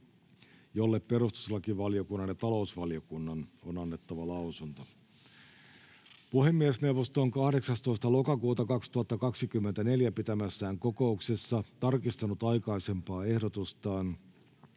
jolle perustuslakivaliokunnan ja talousvaliokunnan on annettava lausunto. Puhemiesneuvosto on 18.10.2024 pitämässään kokouksessa tarkistanut aikaisempaa ehdotustaan